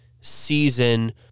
season